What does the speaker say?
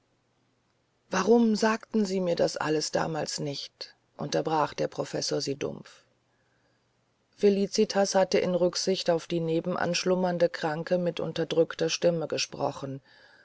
warum sagten sie mir das alles damals nicht unterbrach sie der professor dumpf felicitas hatte in rücksicht auf die nebenan schlummernde kranke mit unterdrückter stimme gesprochen